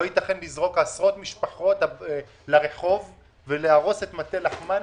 לא יתכן לזרוק עשרות משפחות לרחוב ולהרוס את מטה לחמן,